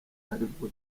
aribwo